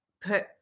put